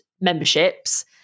memberships